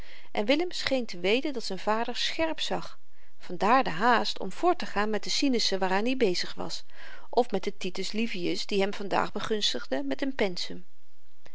en willem scheen te weten dat z'n vader scherp zag vandaar de haast om voorttegaan met de sinussen waaraan i bezig was of met den titus livius die hem vandaag begunstigde met n